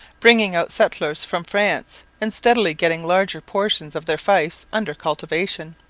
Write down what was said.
bringing out settlers from france and steadily getting larger portions of their fiefs under cultivation.